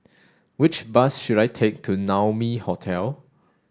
which bus should I take to Naumi Hotel